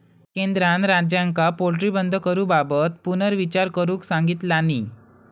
केंद्रान राज्यांका पोल्ट्री बंद करूबाबत पुनर्विचार करुक सांगितलानी